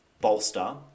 bolster